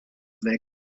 weg